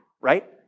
right